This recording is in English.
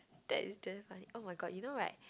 that is damn funny [oh]-my-god you know right